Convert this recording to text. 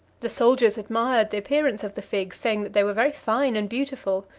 the soldiers admired the appearance of the figs, saying that they were very fine and beautiful.